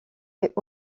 fait